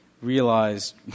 realized